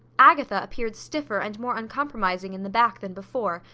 agatha appeared stiffer and more uncompromising in the back than before,